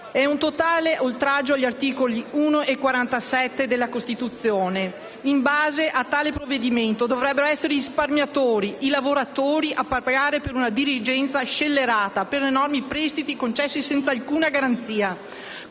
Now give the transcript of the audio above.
è un totale oltraggio agli articoli 1 e 47 della Costituzione. In base a tale provvedimento, dovrebbero essere i risparmiatori e i lavoratori a pagare per una dirigenza scellerata, per enormi prestiti concessi senza alcuna garanzia.